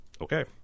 okay